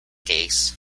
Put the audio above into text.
case